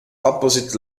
opposite